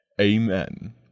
amen